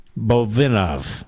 Bovinov